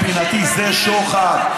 מבחינתי זה שוחד.